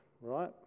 right